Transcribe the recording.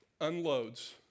unloads